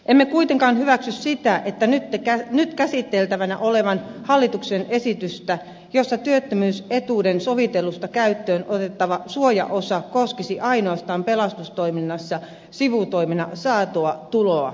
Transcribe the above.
emme kuitenkaan hyväksy sitä nyt käsiteltävänä olevaa hallituksen esitystä jossa työttömyysetuuden sovittelussa käyttöön otettava suojaosa koskisi ainoastaan pelastustoiminnassa sivutoimena saatua tuloa